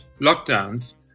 lockdowns